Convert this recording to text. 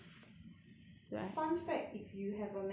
fun fact if you have a manual license